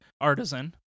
artisan